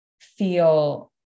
feel